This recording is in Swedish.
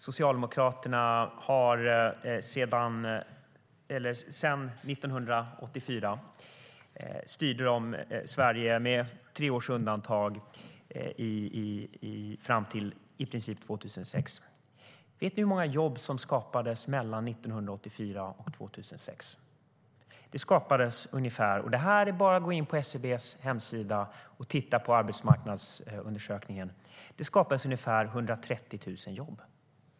Socialdemokraterna styrde, med tre års undantag, i princip Sverige från 1984 fram till 2006. Vet ni hur många jobb som skapades mellan 1984 och 2006? Det är bara att gå in på SCB:s hemsida och titta på arbetsmarknadsundersökningen. Det skapades ungefär 130 000 jobb.